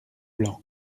blanc